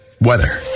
Weather